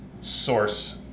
source